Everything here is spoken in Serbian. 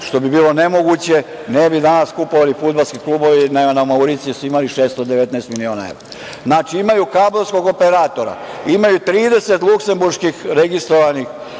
što bi bilo nemoguće, ne bi danas kupovali fudbalske klubove i na Mauricijusu imali 619 miliona evra. Znači, imaju kablovskog operatora, imaju 30 luksemburških registrovanih